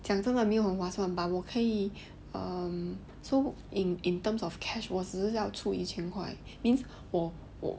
讲真的没有很划算 but 我可以 um so in in terms of cash 我只是要出一千块 means 我我